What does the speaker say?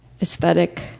aesthetic